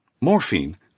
Morphine